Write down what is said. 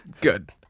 Good